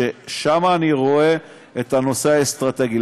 ששם אני רואה את הנושא האסטרטגי,